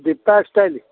Deepa style